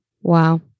Wow